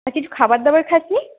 আর কিছু খাবার দাবার খাসনি